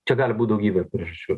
čia gali būt daugybė priežasčių